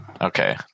Okay